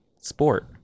sport